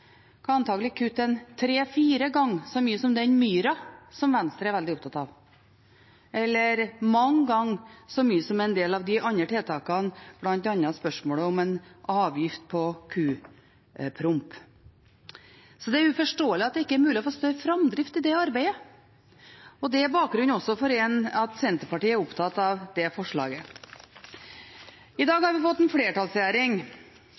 kan tenke oss. Det hjelper så lite å sette nye mål i klimapolitikken hvis en ikke snart også begynner å iverksette tiltak som virkelig monner. Dette tiltaket – hvis det hadde blitt effektivt – kunne antakelig kutte tre–fire ganger så mye som den myra som Venstre er veldig opptatt av, eller mange ganger så mye som en del av de andre tiltakene, bl.a. en avgift på kupromp. Det er uforståelig at det ikke er mulig å få større framdrift i